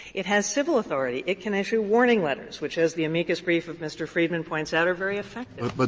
it has civil authority. it can issue warning letters, which, as the amicus brief of mr. friedman points out, are very effective. but